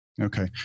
Okay